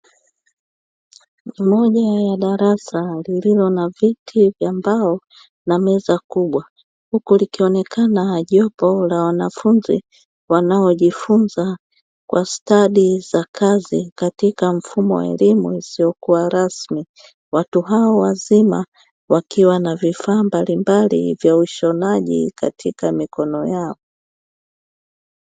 Ni moja ya darasa lililo na viti vya mbao na meza kubwa, huku likionekana jopo la wanafunzi wanaojifunza kwa stadi za kazi katika mfumo wa elimu isiyokuwa rasmi. Watu hao wazima wakiwa na vifaa mbalimbali vya ushonaji katika mikono yao.